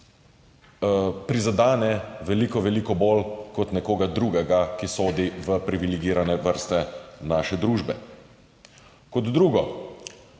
prizadene veliko veliko bolj kot nekoga drugega, ki sodi v privilegirane vrste naše družbe. Kot drugo.